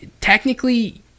technically